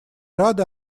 рады